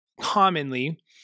commonly